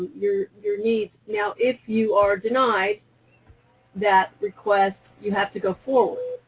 your your needs. now if you are denied that request, you have to go forward.